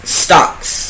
stocks